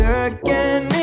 again